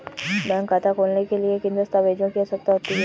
Bank खाता खोलने के लिए किन दस्तावेज़ों की आवश्यकता होती है?